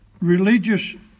religious